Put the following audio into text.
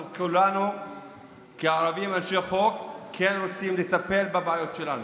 אנחנו כולנו כערבים אנשי חוק כן רוצים לטפל בבעיות שלנו,